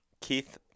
keith